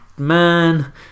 Man